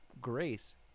grace